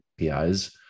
APIs